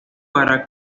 para